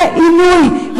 זה עינוי.